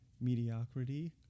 Mediocrity